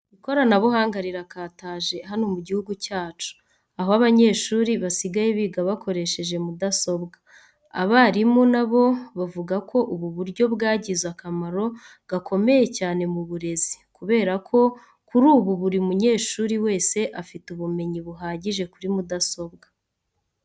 Ikoranabuhanga rirakataje hano mu gihugu cyacu, aho abanyeshuri basigaye biga bakoresheje mudasobwa. Abarimu na bo bavuga ko ubu buryo bwagize akamaro gakomeye cyane mu burezi, kubera ko kuri ubu buri munyeshuri wese afite ubumenyi buhagije kuri mudasobwa.